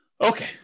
Okay